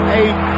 eight